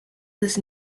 this